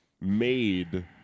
made